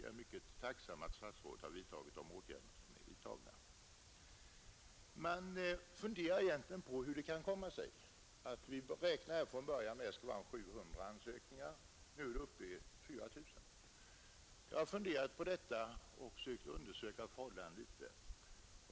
Jag är mycket tacksam för att statsrådet har vidtagit de åtgärder som är vidtagna. Vi räknade som sagt från början med att det skulle vara 700 ansökningar om året och nu är antalet tydligen ca 4 000. Jag har funderat på vad denna ökning kan bero på och försökt undersöka förhållandena något.